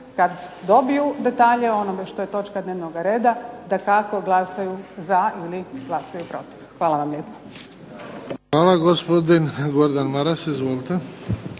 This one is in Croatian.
kad dobiju detalje o onome što je točka dnevnog reda, dakako glasaju za ili glasaju protiv. Hvala vam lijepa. **Bebić, Luka (HDZ)** Hvala. Gospodin Gordan Maras, izvolite.